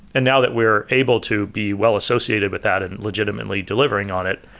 and now that we're able to be well associated with that and legitimately delivering on it,